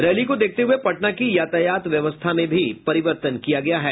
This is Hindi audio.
रैली को देखते हुये पटना की यातायात व्यवस्था में भी परिवर्तन किया गया है